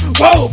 whoa